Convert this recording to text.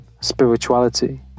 spirituality